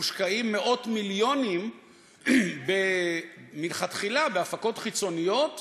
מושקעים מאות מיליונים מלכתחילה בהפקות חיצוניות